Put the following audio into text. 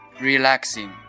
relaxing